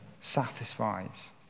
satisfies